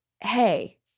hey